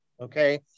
okay